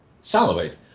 salivate